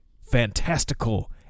fantastical